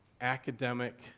academic